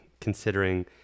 considering